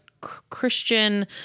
Christian